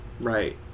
Right